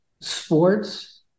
Sports